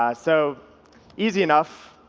um so easy enough.